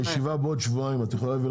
אני מבקש שלישיבה בעוד שבועיים תביאי